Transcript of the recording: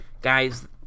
guys